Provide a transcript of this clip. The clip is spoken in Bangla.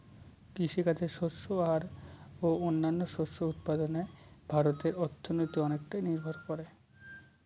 কৃষিকাজে শস্য আর ও অন্যান্য শস্য উৎপাদনে ভারতের অর্থনীতি অনেকটাই নির্ভর করে